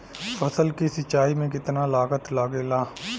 फसल की सिंचाई में कितना लागत लागेला?